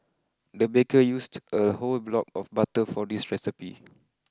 the baker used a whole block of butter for this recipe